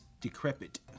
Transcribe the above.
decrepit